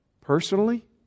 Personally